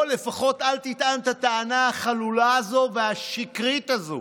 או לפחות אל תטען את הטענה החלולה והשקרית הזו.